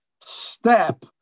step